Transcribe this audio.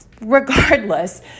regardless